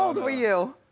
old were you?